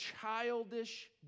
childish